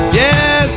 yes